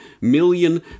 million